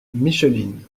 micheline